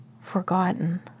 forgotten